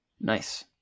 Nice